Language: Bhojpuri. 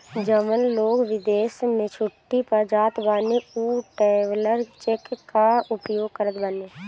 जवन लोग विदेश में छुट्टी पअ जात बाने उ ट्रैवलर चेक कअ उपयोग करत बाने